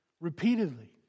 repeatedly